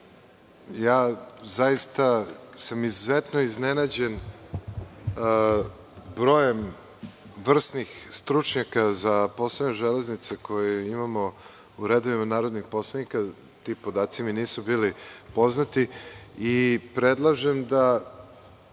diskusijama. Izuzetno sam iznenađen brojem vrsnih stručnjaka za poslove železnice koje imamo u redovima narodnih poslanika. Ti podaci mi nisu bili poznati. Predlažem da